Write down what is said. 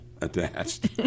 attached